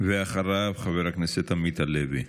אחריו, חבר הכנסת עמית הלוי.